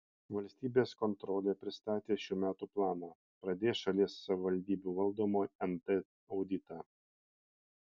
valstybės kontrolė pristatė šių metų planą pradės šalies savivaldybių valdomo nt auditą